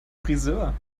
frisör